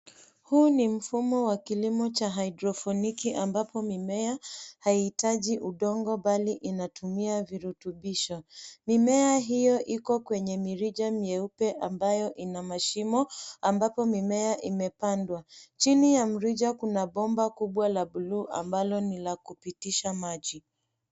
Huu ni mfumo wa kilimo cha haidroponiki ambapo mimea haihitaji udongo bali inatumia virutubisho. Mimea hiyo iko kwenye mirija meupe ambayo ina mashimo ambapo mimea imepandwa. Chini ya mirija kuna bomba kubwa la buluu ambalo ni la kupitisha maji.